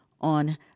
on